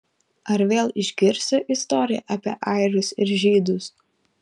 ar vėl išgirsiu istoriją apie airius ir žydus